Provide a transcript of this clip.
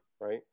Right